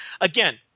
again